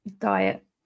diet